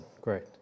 great